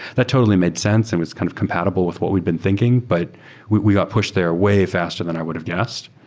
that totally made sense and was kind of compatible with what we've been thinking, but we we got pushed there way faster than i would've guessed.